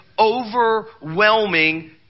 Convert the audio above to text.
overwhelming